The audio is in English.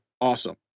awesome